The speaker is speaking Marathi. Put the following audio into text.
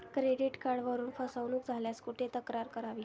क्रेडिट कार्डवरून फसवणूक झाल्यास कुठे तक्रार करावी?